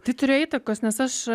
tai turi eiti kas nes aš